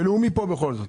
ולאומי פה בכל זאת.